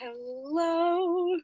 Hello